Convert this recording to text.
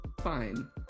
fine